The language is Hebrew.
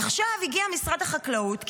עכשיו הגיע משרד החקלאות,